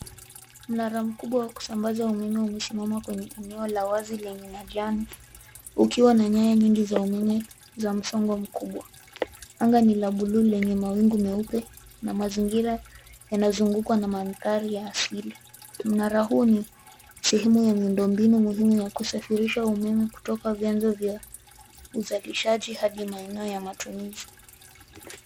Mnara mkubwa wa kusambaza umeme, umesimama kwenye eneo la wazi lenye majani ukiwa na nyaya nyingi za umeme za msongo mkubwa. Anga ni la buluu lenye mawingu meupe na mazingira yanazungukwa na mandhari ya asili. Mnara huo ni sehemu ya miundo mbinu muhimu ya kusafirisha umeme kutoka vyanzo vya uzalishaji hadi maeneo ya matumizi.